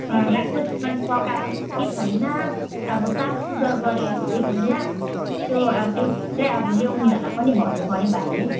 राम्रोसँगले पकाएको छ कि छैन अब साफसुग्घर गरेको छ कि छैन त्यो अब त्यो चाहिँ अब ल्याउनेहरूलाई पनि भन्नुपऱ्यो भाइले